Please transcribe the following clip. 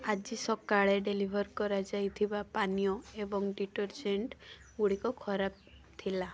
ଆଜି ସକାଳେ ଡେଲିଭର୍ କରାଯାଇଥିବା ପାନୀୟ ଏବଂ ଡିଟର୍ଜେଣ୍ଟ୍ଗୁଡ଼ିକ ଖରାପ ଥିଲା